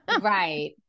right